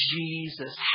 Jesus